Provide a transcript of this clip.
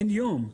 אין יום.